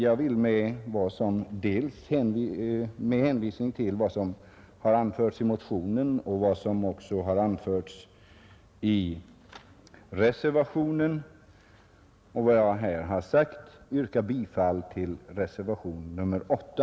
Jag vill med hänvisning till dels vad som anförts i motionen och i reservationen, dels vad jag här sagt yrka bifall till reservationen 8.